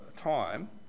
time